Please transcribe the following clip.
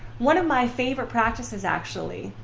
one of my favorite practices, actually,